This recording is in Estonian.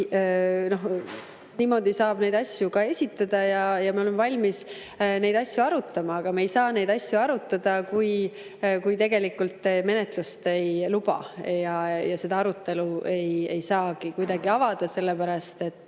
toote, saab niimoodi ka esitada ja me oleme valmis neid asju arutama. Aga me ei saa neid asju arutada, kui te menetlust ei luba, ja seda arutelu ei saa kuidagi avada, sellepärast et